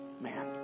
man